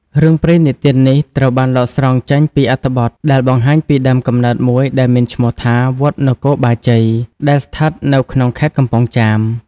រឿងព្រេងនិទាននេះត្រូវបានដកស្រង់ចេញពីអត្ថបទដែលបង្ហាញពីដើមកំណើតមួយដែលមានឈ្មោះថា វត្តនគរបាជ័យ ដែលស្ថិតនៅក្នុងខេត្តកំពង់ចាម ។